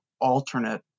alternate